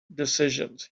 decisions